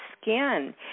skin